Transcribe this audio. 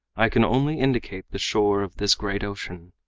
i can only indicate the shore of this great ocean.